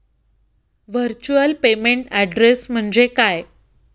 Virtual payment address म्हणजे काय?